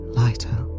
lighter